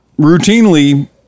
routinely